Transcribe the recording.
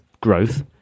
growth